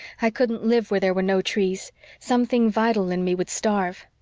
i couldn't live where there were no trees something vital in me would starve.